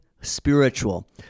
spiritual